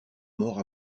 mort